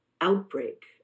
outbreak